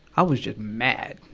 i was just mad.